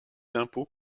d’impôt